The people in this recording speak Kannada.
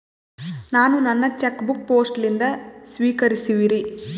ನಾನು ನನ್ನ ಚೆಕ್ ಬುಕ್ ಪೋಸ್ಟ್ ಲಿಂದ ಸ್ವೀಕರಿಸಿವ್ರಿ